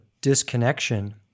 disconnection